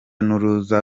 n’uruza